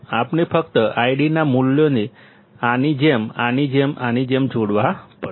આપણે ફક્ત આ ID ના મૂલ્યોને આની જેમ આની જેમ આની જેમ જોડવા પડશે